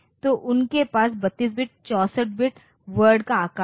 तो उनके पास 32 बिट 64 बिट वर्ड का आकार है